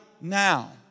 now